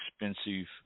expensive